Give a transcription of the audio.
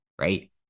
right